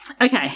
Okay